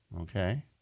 Okay